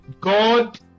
God